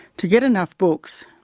to get enough books,